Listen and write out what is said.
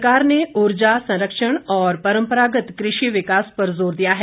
सरकार ने ऊर्जा संरक्षण और परम्परागत कृषि विकास पर जोर दिया है